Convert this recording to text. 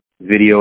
video